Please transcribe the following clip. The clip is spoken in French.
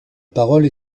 parole